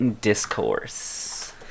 Discourse